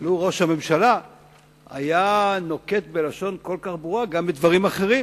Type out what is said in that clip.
לו ראש הממשלה היה נוקט לשון כל כך ברורה גם בדברים אחרים.